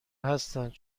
هستند